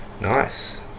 Nice